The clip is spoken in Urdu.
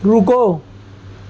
رکو